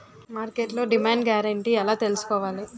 మార్కెట్లో demand guarantee ఎలా తెల్సుకోవాలి?